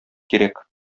кирәк